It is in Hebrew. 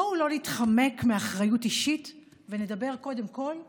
בואו לא נתחמק מאחריות אישית ונדבר קודם כול עלינו,